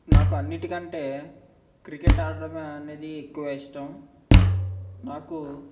నాకు అన్నిటికంటే క్రికెట్ ఆడటం అనేది ఎక్కువ ఇష్టం నాకు